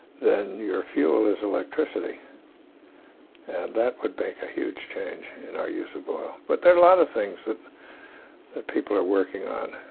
then your fuel is electricity and that would make a huge change in our use of oil. but there are a lot of things that that people are working on,